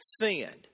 sinned